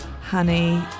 honey